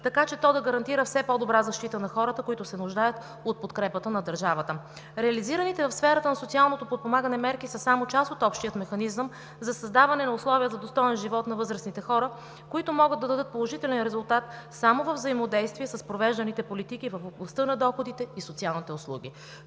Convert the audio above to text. така че то да гарантира все по-добра защита на хората, които се нуждаят от подкрепата на държавата. Реализираните в сферата на социалното подпомагане мерки са само част от общия механизъм за създаване на условия за достоен живот на възрастните хора, които могат да дадат положителен резултат само във взаимодействие с провежданите политики в областта на доходите и социалните услуги.